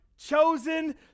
chosen